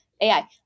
AI